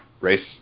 race